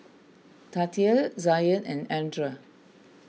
Tatia Zion and andra